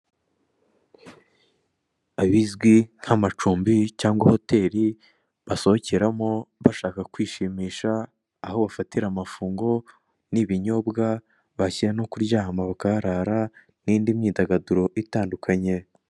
Ibizwi nk'amacumbi cyangwa hotel basohokeramo bashaka kwishimisha aho bafatira amafunguro n'ibinyobwa bashaka no kuryama bakaharara, n'indi myidagaduro itandukanye.